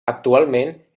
actualment